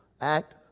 act